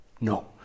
no